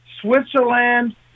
Switzerland